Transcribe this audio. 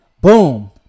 boom